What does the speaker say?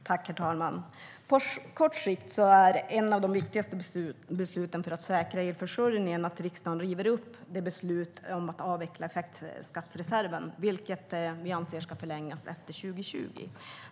Herr talman! På kort sikt är ett av de viktigaste besluten för att säkra elförsörjningen att riksdagen river upp beslutet om att avveckla effektskattsreserven. Vi anser att den ska förlängas efter 2020.